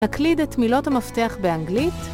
תקליד את מילות המפתח באנגלית